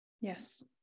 Yes